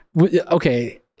okay